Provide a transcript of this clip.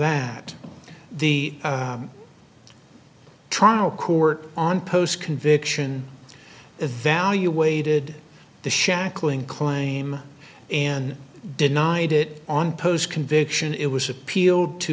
that the trial court on post conviction evaluated the shackling claim and denied it on post conviction it was appealed to